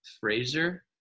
Fraser